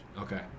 okay